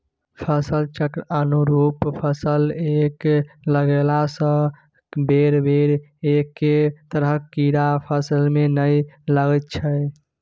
फसल चक्रक अनुरूप फसल कए लगेलासँ बेरबेर एक्के तरहक कीड़ा फसलमे नहि लागैत छै